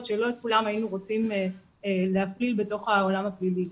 שלא את כולן היינו רוצים להכליל בתוך העולם הפלילי.